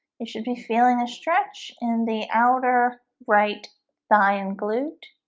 you should be feeling a stretch in the outer right thigh and glute